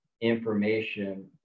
information